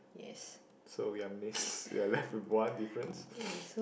so we are miss we are left with one difference